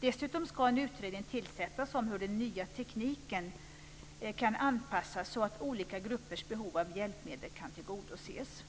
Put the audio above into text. Dessutom ska en utredning tillsättas om hur den nya tekniken kan anpassas så att olika gruppers behov av hjälpmedel kan tillgodoses.